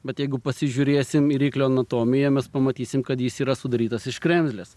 bet jeigu pasižiūrėsim į ryklio anatomiją mes pamatysim kad jis yra sudarytas iš kremzlės